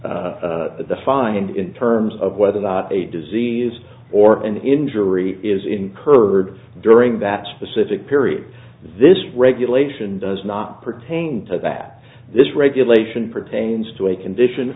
expressly the find in terms of whether or not a disease or an injury is incurred during that specific period this regulation does not pertain to that this regulation pertains to a condition